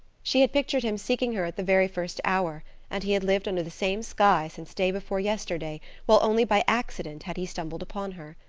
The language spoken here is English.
she had pictured him seeking her at the very first hour, and he had lived under the same sky since day before yesterday while only by accident had he stumbled upon her.